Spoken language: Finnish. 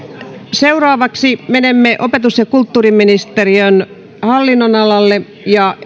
seuraavaksi menemme opetus ja kulttuuriministeriön hallinnonalalle